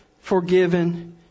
forgiven